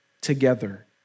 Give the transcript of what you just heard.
together